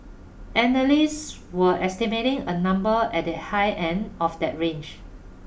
analysts were estimating a number at the high end of that range